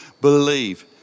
believe